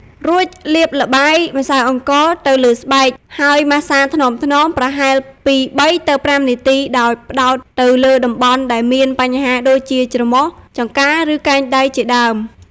រួចលាបល្បាយម្សៅអង្ករទៅលើស្បែក ហើយម៉ាស្សាថ្នមៗប្រហែលពី ៣ ទៅ ៥ នាទី ដោយផ្តោតទៅលើតំបន់ដែលមានបញ្ហាដូចជា ច្រមុះ ចង្កា ឬកែងដៃជាដើម។